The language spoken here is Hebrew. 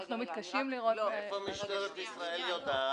מאיפה משטרת ישראל יודעת?